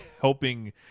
helping